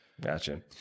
gotcha